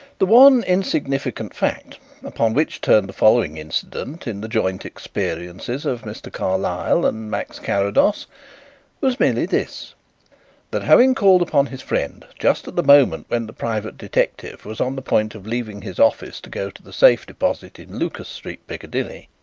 the one insignificant fact upon which turned the following incident in the joint experiences of mr. carlyle and max carrados was merely this that having called upon his friend just at the moment when the private detective was on the point of leaving his office to go to the safe deposit in lucas street, piccadilly,